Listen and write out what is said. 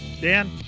dan